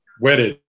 wedded